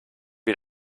wir